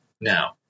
now